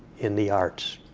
in the arts.